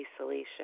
isolation